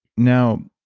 now,